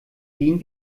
gehen